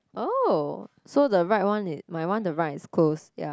oh so the right one is my one the right is close ya